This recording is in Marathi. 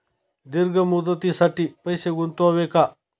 दीर्घ मुदतीसाठी पैसे गुंतवावे का?